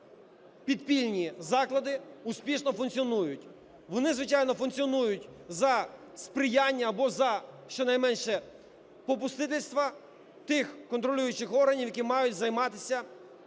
підпільні заклади успішно функціонують. Вони, звичайно, функціонують за сприяння або за щонайменше попустительства тих контролюючих органів, які мають займатися